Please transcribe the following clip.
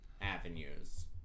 avenues